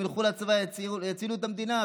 אם ילכו לצבא יצילו את המדינה,